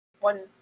one